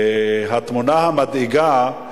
התמונה המדאיגה,